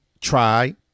try